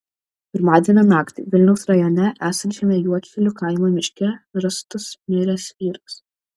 pirmadienio naktį vilniaus rajone esančiame juodšilių kaimo miške rastas miręs vyras